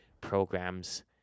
programs